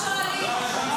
זילות הפוליטיקה.